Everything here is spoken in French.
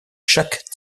chaque